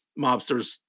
mobsters